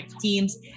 Teams